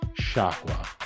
Shakwa